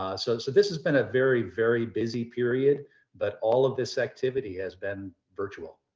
ah so so this has been a very, very busy period but all of this activity has been virtual.